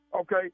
Okay